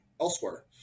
elsewhere